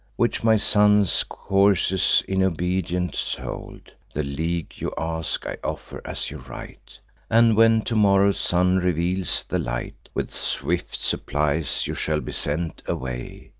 which my son's coursers in obedience hold. the league you ask, i offer, as your right and, when to-morrow's sun reveals the light, with swift supplies you shall be sent away.